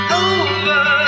over